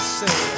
say